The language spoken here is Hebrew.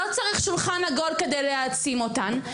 לא צריך שולחן עגול כדי להעצים אותן.